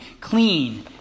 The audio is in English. clean